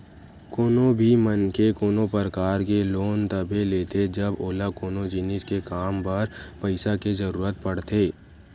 कोनो भी मनखे कोनो परकार के लोन तभे लेथे जब ओला कोनो जिनिस के काम बर पइसा के जरुरत पड़थे